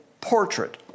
portrait